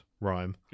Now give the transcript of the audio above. rhyme